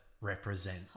represent